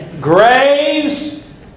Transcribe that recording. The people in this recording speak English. Graves